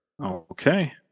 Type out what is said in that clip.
Okay